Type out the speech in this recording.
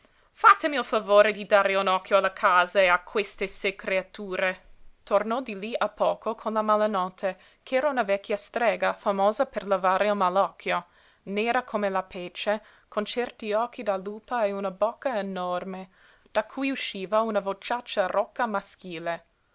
fatemi il favore di dare un occhio alla casa e a queste sei creature tornò di lí a poco con la malanotte ch'era una vecchia strega famosa per levare il malocchio nera come la pece con certi occhi da lupa e una bocca enorme da cui usciva una vociaccia rca maschile